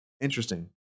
Interesting